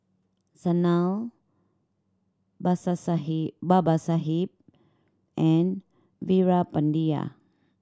Sanal Babasaheb and Veerapandiya